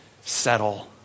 settle